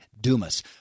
Dumas